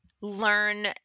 learn